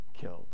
killed